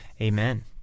amen